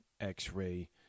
X-ray